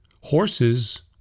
horses